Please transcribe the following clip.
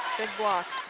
big block.